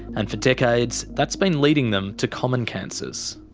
and for decades, that's been leading them to common cancers.